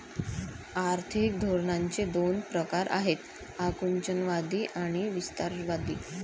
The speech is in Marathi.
आर्थिक धोरणांचे दोन प्रकार आहेत आकुंचनवादी आणि विस्तारवादी